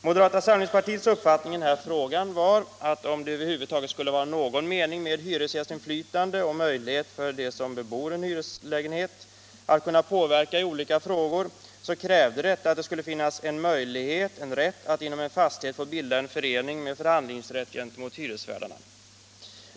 Moderata samlingspartiets uppfattning i den här frågan var att om det över huvud taget skulle vara någon mening med hyresgästinflytande och möjlighet för dem som bor i hyreslägenhet att påverka i olika frågor, så krävdes att det skulle finnas en rätt att inom en fastighet få bilda en förening med förhandlingsrätt gentemot hyresvärden.